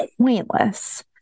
pointless